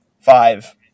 five